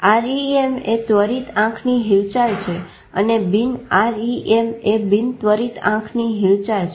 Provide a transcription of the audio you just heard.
REM એ ત્વરિત આંખની હિલચાલ છે અને બિન REM એ બિન ત્વરિત આંખની હિલચાલ છે